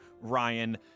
Ryan